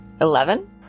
Eleven